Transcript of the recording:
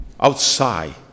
outside